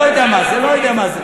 אני לא יודע מה זה, אני לא יודע מה זה.